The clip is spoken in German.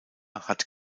hat